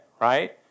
right